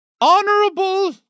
Honorable